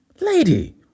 Lady